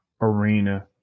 arena